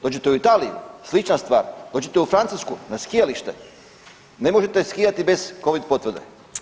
Dođete u Italiju, slična stvar, dođete u Francusku, na skijalište, ne možete skijati bez Covid potvrde.